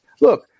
look